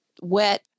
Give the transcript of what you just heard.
wet